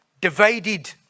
divided